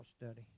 study